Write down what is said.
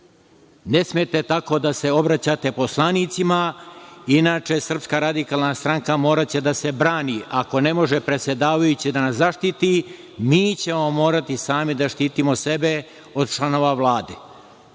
Ne smete tako da se obraćate poslanicima inače SRS moraće da se brani. Ako ne može predsedavajući da nas zaštiti, mi ćemo morati sami da štitimo sebe od članove